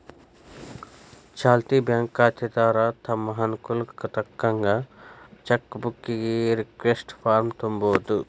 ಚಾಲ್ತಿ ಬ್ಯಾಂಕ್ ಖಾತೆದಾರ ತಮ್ ಅನುಕೂಲಕ್ಕ್ ತಕ್ಕಂತ ಚೆಕ್ ಬುಕ್ಕಿಗಿ ರಿಕ್ವೆಸ್ಟ್ ಫಾರ್ಮ್ನ ತುಂಬೋದು